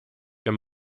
wenn